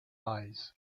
eyes